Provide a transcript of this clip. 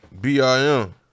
B-I-M